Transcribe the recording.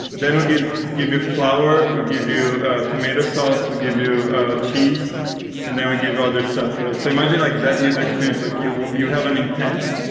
then we give give you flour, we give you tomato sauce, we give you cheese and then we give other stuff. so imagine like that user experience. like you you have an intent,